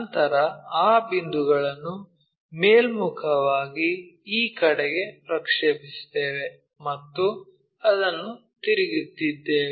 ನಂತರ ಆ ಬಿಂದುಗಳನ್ನು ಮೇಲ್ಮುಖವಾಗಿ ಈ ಕಡೆಗೆ ಪ್ರಕ್ಷೇಪಿಸುತ್ತೇವೆ ಮತ್ತು ಅದನ್ನು ತಿರುಗುತ್ತಿದ್ದೇವೆ